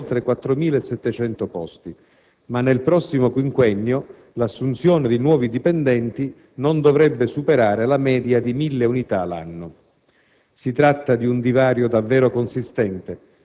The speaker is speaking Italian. La ricettività complessiva di queste scuole è di oltre 4.700 posti, ma nel prossimo quinquennio l'assunzione di nuovi dipendenti non dovrebbe superare la media di 1000 unità l'anno.